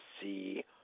see